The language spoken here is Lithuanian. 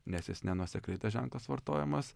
nes jis nenuosekliai tas ženklas vartojamas